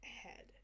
head